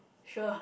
sure